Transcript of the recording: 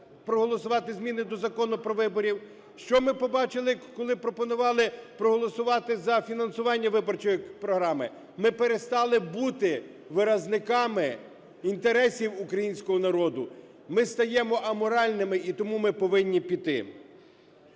проголосувати зміни до Закону про вибори? Що ми побачили, коли пропонували проголосувати за фінансування виборчої програми? Ми перестали бути виразниками інтересів українського народу. Ми стаємо аморальними, і тому ми повинні піти.